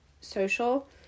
social